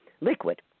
liquid